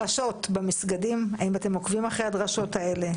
הדרשות במסגדים, האם אתם עוקבים אחרי הדרשות האלה?